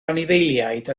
anifeiliaid